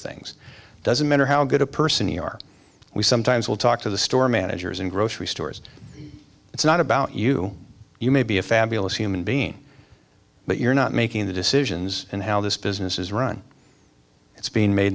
things doesn't matter how good a person the are we sometimes will talk to the store managers in grocery stores it's not about you you may be a fabulous human being but you're not making the decisions and how this business is run it's being made